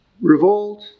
revolt